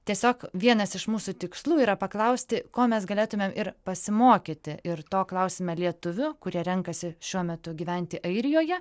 tiesiog vienas iš mūsų tikslų yra paklausti ko mes galėtumėm ir pasimokyti ir to klausime lietuvių kurie renkasi šiuo metu gyventi airijoje